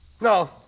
No